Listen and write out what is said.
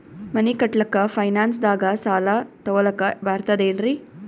ಮನಿ ಕಟ್ಲಕ್ಕ ಫೈನಾನ್ಸ್ ದಾಗ ಸಾಲ ತೊಗೊಲಕ ಬರ್ತದೇನ್ರಿ?